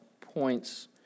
points